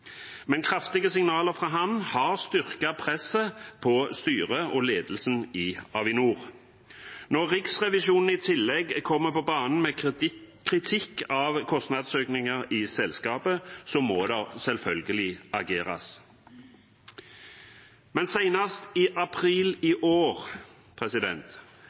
men kraftige signaler fra ham har styrket presset på styret og ledelsen i Avinor. Når Riksrevisjonen i tillegg kommer på banen med kritikk av kostnadsøkninger i selskapet, må det selvfølgelig ageres. Men senest i april i år